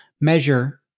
measure